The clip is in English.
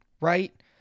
right